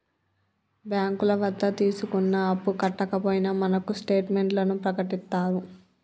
బ్యాంకుల వద్ద తీసుకున్న అప్పు కట్టకపోయినా మనకు స్టేట్ మెంట్లను ప్రకటిత్తారు